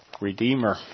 Redeemer